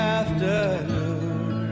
afternoon